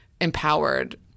empowered